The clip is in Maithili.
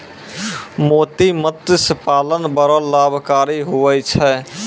मोती मतस्य पालन बड़ो लाभकारी हुवै छै